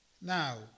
Now